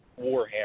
Warhammer